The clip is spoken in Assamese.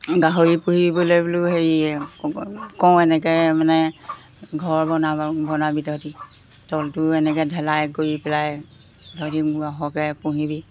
গাহৰি পুহিবলৈ বোলো হেৰি কওঁ এনেকৈ মানে ঘৰ বনাব বনাবি তহঁতি তলটো এনেকৈ ঢেলাই কৰি পেলাই তহঁতে সৰহকৈ পুহিবি